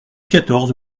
quatorze